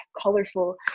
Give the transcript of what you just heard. colorful